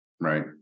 Right